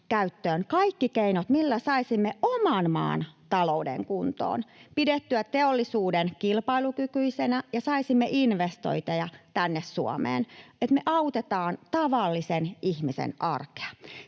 kaikki keinot, millä saisimme oman maan talouden kuntoon, pidettyä teollisuuden kilpailukykyisenä ja saisimme investointeja tänne Suomeen, että me autetaan tavallisen ihmisen arkea.